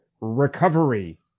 recovery